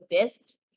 best